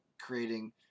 creating